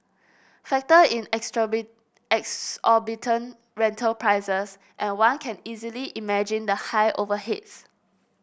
factor in exorbitant rental prices and one can easily imagine the high overheads